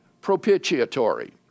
propitiatory